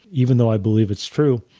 even though i believe it's true,